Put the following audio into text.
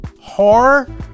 Horror